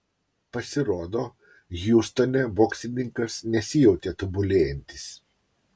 pasirodo hjustone boksininkas nesijautė tobulėjantis